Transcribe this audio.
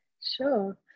Sure